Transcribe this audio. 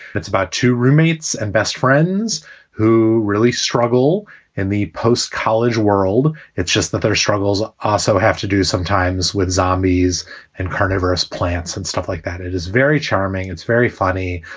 but it's about two roommates and best friends who really struggle in the post-college world. it's just that their struggles also have to do sometimes with zombies and carnivorous plants and stuff like that. it is very charming. it's very funny.